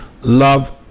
love